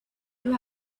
you